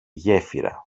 γέφυρα